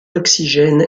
oxygène